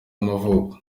y’amavuko